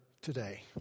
today